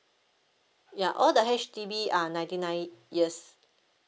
ya all the H_D_B are ninety nine years